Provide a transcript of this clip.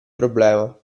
problema